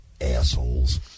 assholes